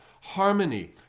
harmony